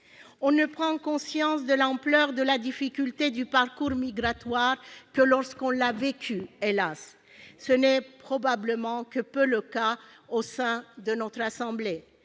On ne prend conscience de l'ampleur de la difficulté du parcours migratoire que lorsqu'on l'a vécue. Ce n'est probablement le cas que de très peu